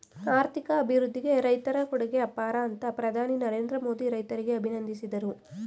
ಆರ್ಥಿಕ ಅಭಿವೃದ್ಧಿಗೆ ರೈತರ ಕೊಡುಗೆ ಅಪಾರ ಅಂತ ಪ್ರಧಾನಿ ನರೇಂದ್ರ ಮೋದಿ ರೈತರಿಗೆ ಅಭಿನಂದಿಸಿದರು